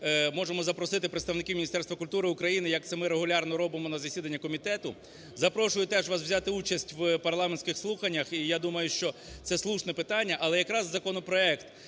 можемо запросити представників Міністерства культури України, як це ми регулярно робимо на засіданнях комітету. Запрошую теж вас взяти участь в парламентських слуханнях. І я думаю, що це слушне питання. Але якраз законопроект,